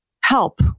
help